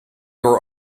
were